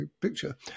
picture